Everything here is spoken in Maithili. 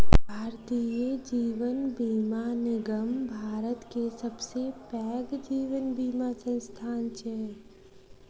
भारतीय जीवन बीमा निगम भारत के सबसे पैघ जीवन बीमा संस्थान छै